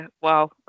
Wow